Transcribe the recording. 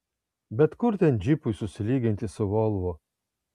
bet kur ten džipui susilyginti su volvo